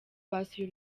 basuye